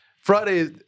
Friday